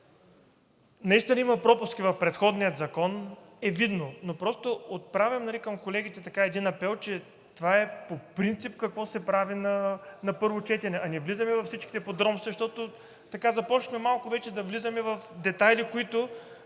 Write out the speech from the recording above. наистина има пропуски в предходния закон, е видно, но отправям към колегите един апел, че това е по принцип какво се прави на първо четене, а не влизаме във всичките подробности, защото така започнахме малко вече да влизаме в детайли, които